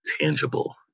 tangible